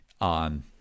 on